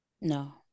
No